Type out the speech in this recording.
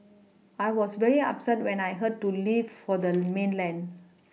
I was very upset when I heard to leave for the mainland